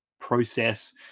process